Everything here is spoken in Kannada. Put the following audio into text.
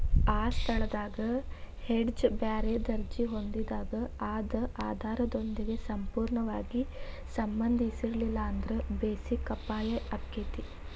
ಆ ಸ್ಥಳದಾಗ್ ಹೆಡ್ಜ್ ಬ್ಯಾರೆ ದರ್ಜಿ ಹೊಂದಿದಾಗ್ ಅದ ಆಧಾರದೊಂದಿಗೆ ಸಂಪೂರ್ಣವಾಗಿ ಸಂಬಂಧಿಸಿರ್ಲಿಲ್ಲಾಂದ್ರ ಬೆಸಿಕ್ ಅಪಾಯಾಕ್ಕತಿ